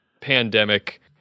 pandemic